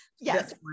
Yes